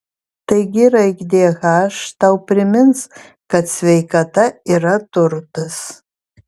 taigi raidė h tau primins kad sveikata yra turtas